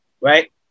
Right